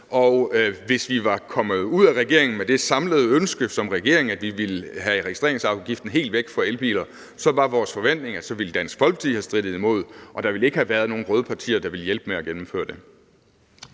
og hvis vi var kommet ud med det samlede ønske som regering, at vi ville have registreringsafgiften helt væk fra elbiler, var vores forventning, at så ville Dansk Folkeparti have strittet imod, og der ville ikke have været nogen røde partier, der ville hjælpe med at gennemføre det.